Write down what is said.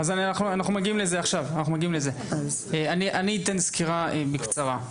אנחנו מגיעים לזה עכשיו, אני אתן סקירה בקצרה.